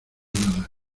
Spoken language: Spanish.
nada